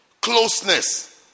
Closeness